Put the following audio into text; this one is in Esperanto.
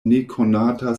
nekonata